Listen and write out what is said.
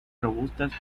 robustas